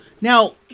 Now